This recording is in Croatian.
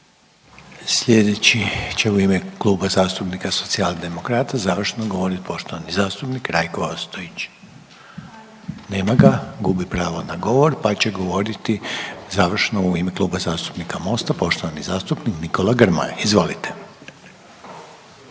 Sljedeći će u ime Kluba zastupnika socijaldemokrata završno govoriti poštovani zastupnik Rajko Ostojić. Nema ga, gubi pravo na govor pa će govoriti završno u ime Kluba zastupnika Mosta poštovani zastupnik Nikola Grmoja. Izvolite.